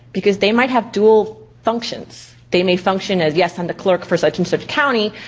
because they might have dual functions. they may function as yes i'm the clerk for such and such county,